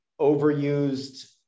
overused